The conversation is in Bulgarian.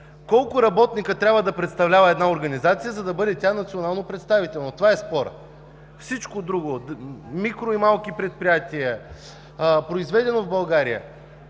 Колко работника трябва да представлява една организация, за да бъде национално представителна? Това е спорът. Всичко друго – микро и малки предприятия, „Произведено в България”,